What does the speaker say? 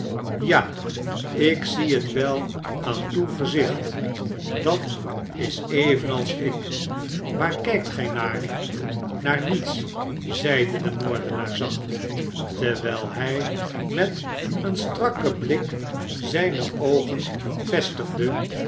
ta ik zie het wel aan uw gezicht dat is evenals ik waar kiikt eil naar naar niets zeide de moordenaar zacht terwijl hij met een strakken blik zijne oogen vestigde